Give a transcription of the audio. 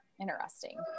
Interesting